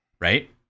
Right